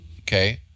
okay